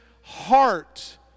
heart